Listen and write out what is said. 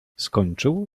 skończył